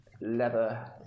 leather